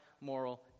moral